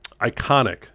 iconic